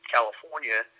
California